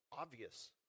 obvious